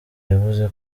yavuze